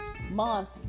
month